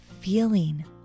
feeling